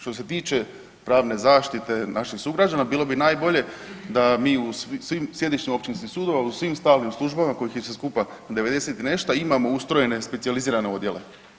Što se tiče pravne zaštite naših sugrađana bilo bi najbolje da mi u svim sjedištima općinskih sudova u svim stalnim službama kojih je sve skupa 90 i nešto imamo ustrojene specijalizirane odjele.